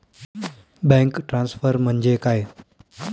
Bank transfer म्हणजे काय?